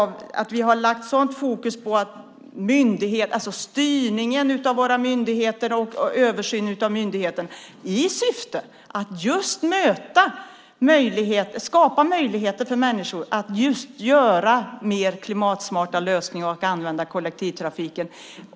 Vi har lagt fokus på styrningen och översynen av våra myndigheter i syfte att skapa möjligheter för människor att välja mer klimatsmarta lösningar och att använda kollektivtrafiken.